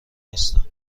نیستم